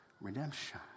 redemption